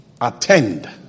attend